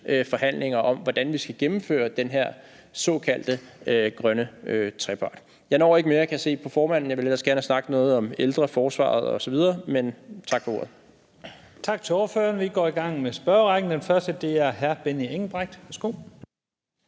forhandlinger om, hvordan vi skal gennemføre den her såkaldte grønne trepart. Jeg når ikke mere, kan jeg se på formanden. Jeg ville ellers gerne have sagt noget om ældre, forsvaret osv. Men tak for ordet. Kl. 14:19 Første næstformand (Leif Lahn Jensen): Tak til ordføreren. Vi går i gang med spørgerrækken. Den første er hr. Benny Engelbrecht.